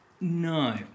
No